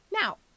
Now